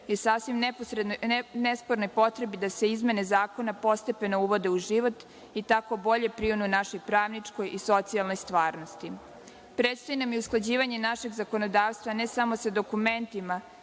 i sasvim nespornoj potrebi da se izmene zakona postepeno uvode u život i tako bolje prionu našoj pravničkoj i socijalnoj stvarnosti. Predstoji nam usklađivanje našeg zakonodavstva, ne samo sa dokumentima,